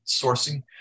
sourcing